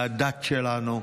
מהדת שלנו.